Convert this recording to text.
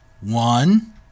One